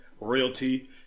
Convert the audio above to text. Royalty